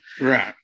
Right